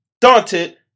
daunted